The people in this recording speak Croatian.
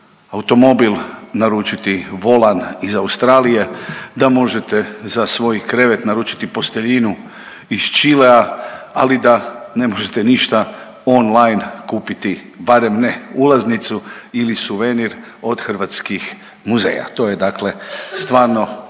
automobil naručiti volan iz Australije, da možete za svoj krevet naručiti posteljinu iz Čilea, ali da ne možete ništa online kupiti barem ne ulaznicu ili suvenir od hrvatskih muzeja. To je dakle stvarno